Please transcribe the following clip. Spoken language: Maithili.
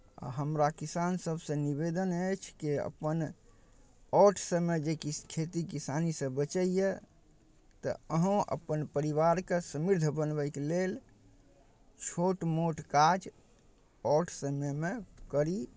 आ हमरा किसान सभसँ निवेदन अछि कि अपन आउट समय जे किछु खेती किसानी से बचैए तऽ अहूँ अपन परिवारके समृद्ध बनबैके लेल छोट मोट काज आउट समयमे करी